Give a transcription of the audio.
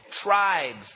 tribes